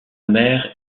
mère